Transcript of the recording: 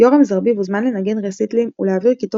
יורם זרביב הוזמן לנגן רסיטלים ולהעביר כיתות